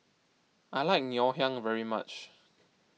I like Ngoh Hiang very much